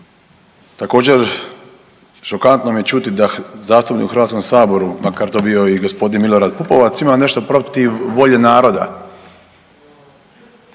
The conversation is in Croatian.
Također šokantno mi je čuti da zastupnik u HS-u makar to bio i g. Milorad Pupovac ima nešto protiv volje naroda.